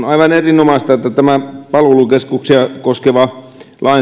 aivan erinomaista että tämä palvelukeskuksia koskeva